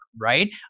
right